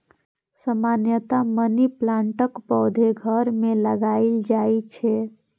सामान्यतया मनी प्लांटक पौधा घर मे लगाएल जाइ छै